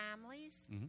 families